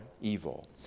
evil